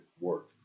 work